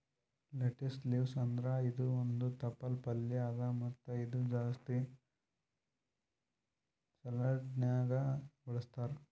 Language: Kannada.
ಲೆಟಿಸ್ ಲೀವ್ಸ್ ಅಂದುರ್ ಇದು ಒಂದ್ ತಪ್ಪಲ್ ಪಲ್ಯಾ ಅದಾ ಮತ್ತ ಇದು ಜಾಸ್ತಿ ಸಲಾಡ್ನ್ಯಾಗ ಬಳಸ್ತಾರ್